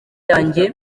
yanjye